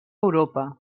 europa